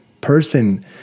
person